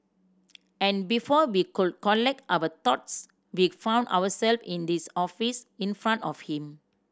and before we could collect our thoughts we found ourselves in this office in front of him